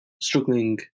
struggling